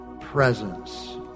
presence